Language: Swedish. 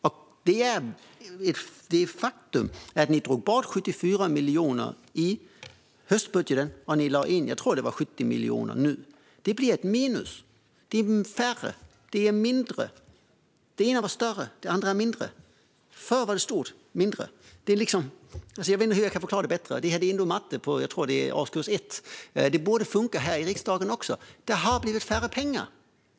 Det faktum att ni i höstbudgeten drog bort 74 miljoner och nu lade in 70 miljoner, tror jag att det var, blir ett minus. Det är färre. Det är mindre. Det ena var större; det andra är mindre. Förut var det stort; nu är det mindre. Jag vet inte hur jag kan förklara det bättre. Det här är matte för årskurs 1. Det borde funka här i riksdagen också. Det har blivit mindre pengar.